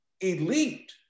elite